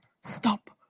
stop